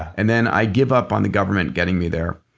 and then i give up on the government getting me there.